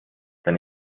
denn